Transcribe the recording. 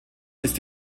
ist